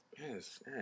yes